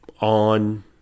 On